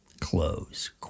Close